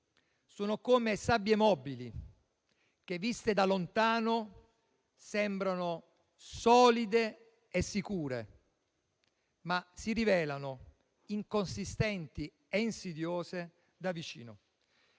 sono come sabbie mobili che, viste da lontano, sembrano solide e sicure, ma si rivelano inconsistenti e insidiose da vicino».